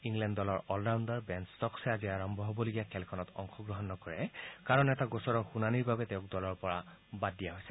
England দলৰ all rounder Ben ষ্টকছে আজি আৰম্ভ হ'বলগীয়া খেলখনত অংশগ্ৰহণ নকৰে কাৰণ এটা গোচৰৰ শুনানীৰ বাবে তেওঁক দলৰ পৰা বাদ দিয়া হৈছে